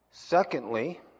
Secondly